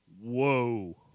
whoa